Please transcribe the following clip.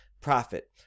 profit